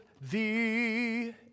thee